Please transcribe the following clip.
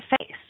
face